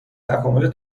تکامل